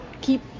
keep